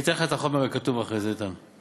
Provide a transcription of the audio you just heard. אני אתן לך את החומר הכתוב אחרי זה, איתן.